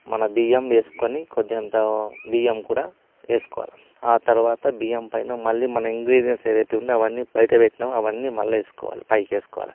మన బియ్యం వేసుకొని కొద్దిగంత బియ్యం కూడా వేసుకోవాలి ఆ తరువాత బియ్యం పైన మళ్ళీ మన ఇంగ్రీడియంట్స్ ఏవైతే ఉన్నాయో అవన్నీ బయట పెట్టినాము అవన్నీ మళ్ళీ వేసుకోవాలి పైకి వేసుకోవాలి